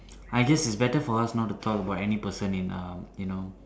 I guess it's better for us not to talk about any person in um you know